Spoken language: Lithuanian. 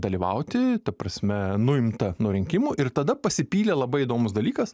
dalyvauti ta prasme nuimta nuo rinkimų ir tada pasipylė labai įdomus dalykas